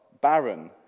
barren